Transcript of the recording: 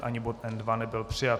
Ani bod N2 nebyl přijat.